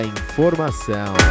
informação